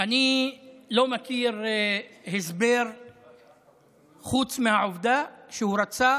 אני לא מכיר הסבר חוץ מהעובדה שהוא רצה